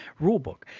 rulebook